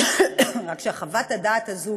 רק שחוות הדעת הזאת